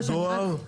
הוא יהיה.